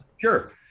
sure